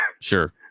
Sure